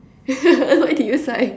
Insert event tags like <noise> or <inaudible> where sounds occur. <laughs> why did you sigh